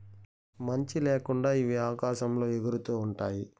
మంచి ల్యాకుండా ఇవి ఆకాశంలో ఎగురుతూ ఉంటాయి